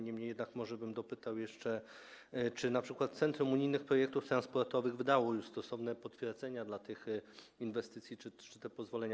Niemniej jednak może bym dopytał jeszcze, czy np. Centrum Unijnych Projektów Transportowych wydało już stosowne potwierdzenia dla tych inwestycji, czy są te wszystkie pozwolenia.